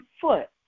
foot